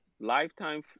lifetime